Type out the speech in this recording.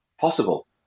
possible